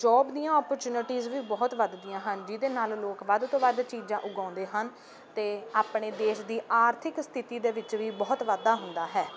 job ਦੀਆਂ opportunities ਵੀ ਬਹੁਤ ਵਧਦੀਆਂ ਹਨ ਜਿਹਦੇ ਨਾਲ ਲੋਕ ਵੱਧ ਤੋਂ ਵੱਧ ਚੀਜ਼ਾਂ ਉਗਾਉਂਦੇ ਹਨ ਅਤੇ ਆਪਣੇ ਦੇਸ਼ ਦੀ ਆਰਥਿਕ ਸਥਿਤੀ ਦੇ ਵਿੱਚ ਵੀ ਬਹੁਤ ਵਾਧਾ ਹੁੰਦਾ ਹੈ